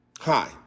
Hi